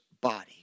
body